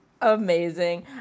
amazing